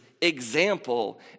example